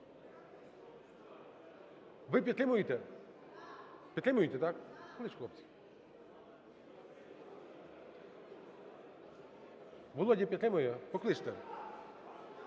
Ви підтримуєте? Підтримуєте, так? Володя підтримує? Покличте.